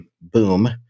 boom